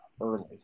early